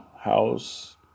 House